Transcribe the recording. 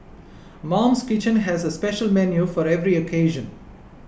Mum's Kitchen has a special menu for every occasion